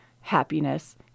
happiness